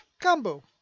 combo